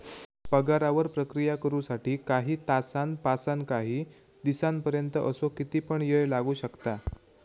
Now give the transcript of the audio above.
पगारावर प्रक्रिया करु साठी काही तासांपासानकाही दिसांपर्यंत असो किती पण येळ लागू शकता